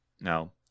no